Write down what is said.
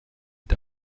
est